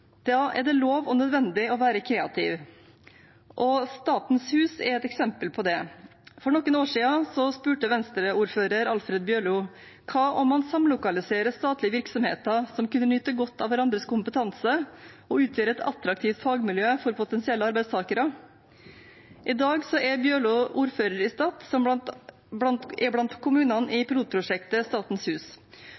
Da er det lov og nødvendig å være kreativ. Statens hus er et eksempel på det. For noen år siden spurte Venstre-ordfører Alfred Bjørlo: Hva om man samlokaliserer statlige virksomheter som kan nyte godt av hverandres kompetanse og utgjøre et attraktivt fagmiljø for potensielle arbeidstakere? I dag er Bjørlo ordfører i Stad, som er blant kommunene i